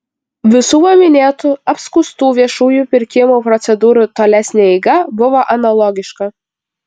visų paminėtų apskųstų viešųjų pirkimų procedūrų tolesnė eiga buvo analogiška